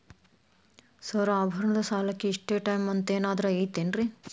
Sir ಆಭರಣದ ಸಾಲಕ್ಕೆ ಇಷ್ಟೇ ಟೈಮ್ ಅಂತೆನಾದ್ರಿ ಐತೇನ್ರೇ?